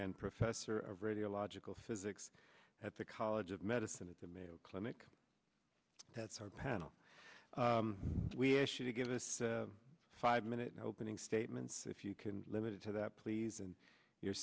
and professor of radiological physics at the college of medicine at the mayo clinic that's our panel we asked you to give us a five minute opening statements if you can limit it to that please and your